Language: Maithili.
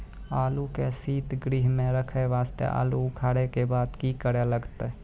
आलू के सीतगृह मे रखे वास्ते आलू उखारे के बाद की करे लगतै?